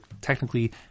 technically